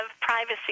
privacy